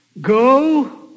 Go